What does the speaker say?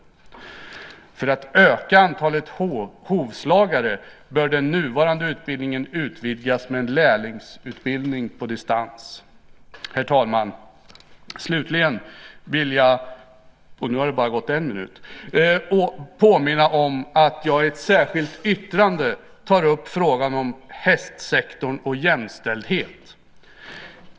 För att öka antalet hovslagare bör den nuvarande utbildningen utvidgas med en lärlingsutbildning på distans. Herr talman! Slutligen vill jag bara påminna om att jag i ett särskilt yttrande tar upp frågan om hästsektorn och jämställdhet.